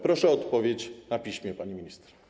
Proszę o odpowiedź na piśmie, pani minister.